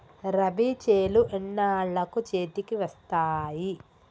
రబీ చేలు ఎన్నాళ్ళకు చేతికి వస్తాయి?